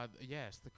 Yes